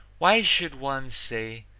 why should one say,